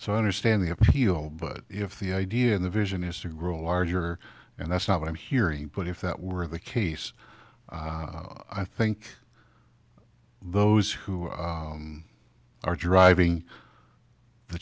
so i understand the appeal but if the idea of the vision is to grow larger and that's not what i'm hearing but if that were the case i think those who are driving the